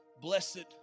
blessed